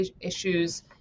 issues